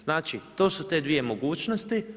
Znači, to su te dvije mogućnost.